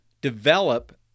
develop